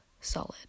solid